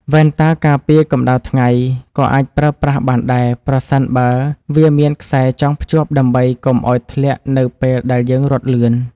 វ៉ែនតាការពារកម្តៅថ្ងៃក៏អាចប្រើប្រាស់បានដែរប្រសិនបើវាមានខ្សែចងភ្ជាប់ដើម្បីកុំឱ្យធ្លាក់នៅពេលដែលយើងរត់លឿន។